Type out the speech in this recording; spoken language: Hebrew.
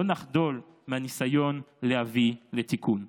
לא נחדל מהניסיון להביא לתיקון.